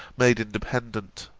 made independent